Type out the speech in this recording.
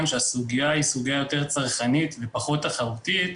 שהסוגיה היא סוגיה יותר צרכנית ופחות תחרותית.